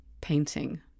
painting